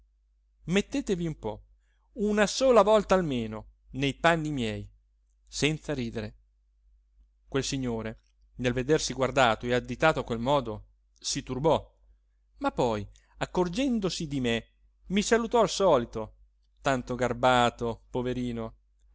mettetevi un po una sola volta almeno ne panni miei senza ridere quel signore nel vedersi guardato e additato a quel modo si turbò ma poi accorgendosi di me mi salutò al solito tanto garbato poverino